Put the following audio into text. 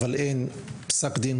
אבל אין פסק דין,